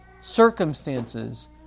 circumstances